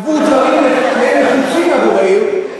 עבור דברים שהם נחוצים עבור העיר.